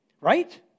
Right